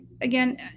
again